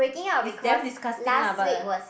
is damn disgusting lah but like